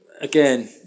again